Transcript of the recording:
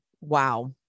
Wow